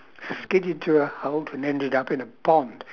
skidded to a halt and ended up in a pond